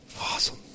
Awesome